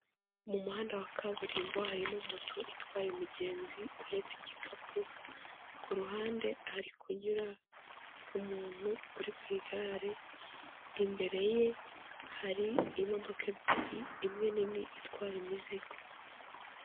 Mu muhanda wa kaburimbo harimo moto itwaye umugenzi uhetse igikapu, ku ruhande hari kunyura umuntu uri ku igare, imbere ye hari imodoka ebyiri imwe nini itwara imizigo.